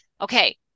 okay